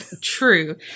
True